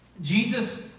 Jesus